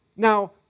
Now